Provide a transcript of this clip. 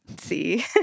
see